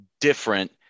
different